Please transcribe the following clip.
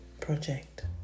project